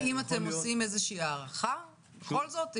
האם אתם עושים איזושהי הערכה בכל זאת.